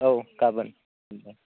औ गाबोन